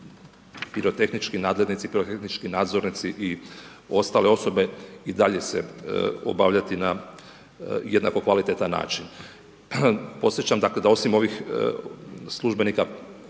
pirotehnički nadglednici, pirotehnički nadzornici i ostale osobe i dalje se obavljati na jednako kvalitetan način. Podsjećam dakle, da osim ovih službenika,